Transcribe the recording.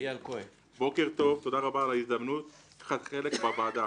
תודה רבה על ההזדמנות לקחת חלק בוועדה.